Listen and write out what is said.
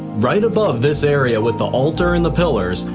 right above this area with the altar and the pillars,